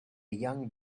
young